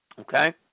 Okay